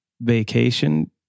vacation